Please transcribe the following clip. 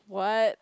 what